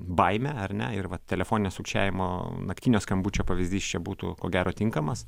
baimė ar ne ir va telefoninio sukčiavimo naktinio skambučio pavyzdys čia būtų ko gero tinkamas